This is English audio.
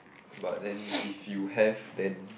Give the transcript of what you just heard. but then if you have then